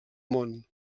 món